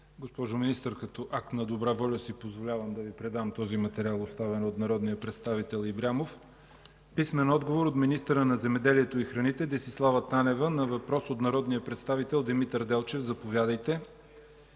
Госпожо Министър, като акт на добра воля си позволявам да Ви предам този материал, оставен от народния представител Ибрямов. Писмен отговор от министъра на земеделието и храните Десислава Танева на въпрос от народния представител Димитър Делчев – заповядайте.